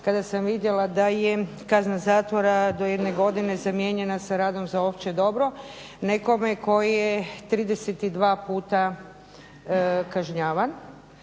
kada sam vidjela da je kazna zatvora do jedne godine zamijenjena sa radom za opće dobro nekome tko je 32 puta kažnjavan.